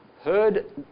heard